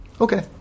Okay